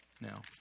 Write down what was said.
Now